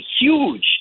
huge